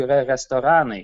yra restoranai